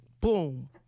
Boom